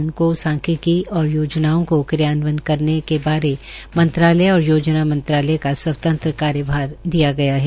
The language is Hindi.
उनकों संख्यायिकी और योजनाओं को क्रियान्वयन करने बारे मंत्रालय और योजना मंत्रालय का स्वतंत्र कार्यभार दिया गया है